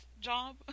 job